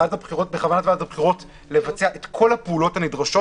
בכוונת ועדת הבחירות לבצע את כל הפעולות הנדרשות